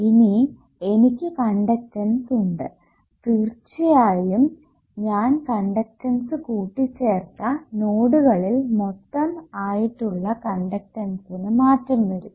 ഇനി എനിക്ക് കണ്ടക്ടൻസ് ഉണ്ട് തീർച്ചയായും ഞാൻ കണ്ടക്ടൻസ് കൂട്ടിച്ചേർത്ത നോഡുകളിൽ മൊത്തം ആയിട്ടുള്ള കണ്ടക്ടൻസിനു മാറ്റം വരും